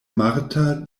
marta